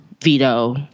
veto